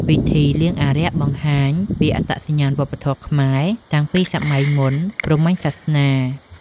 ពិធីលៀងអារក្សបង្ហាញពីអត្តសញ្ញាណវប្បធម៌ខ្មែរតាំងពីសម័យមុនព្រហ្មញ្ញសាសនា។